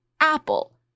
Apple